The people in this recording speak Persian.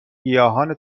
گیاهان